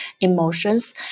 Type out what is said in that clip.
emotions